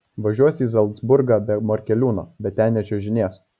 važiuos į zalcburgą be morkeliūno bet ten nečiuožinės